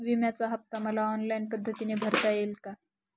विम्याचा हफ्ता मला ऑनलाईन पद्धतीने भरता येईल का?